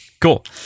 cool